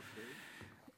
אוקיי.